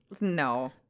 No